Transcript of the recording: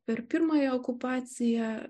per pirmąją okupaciją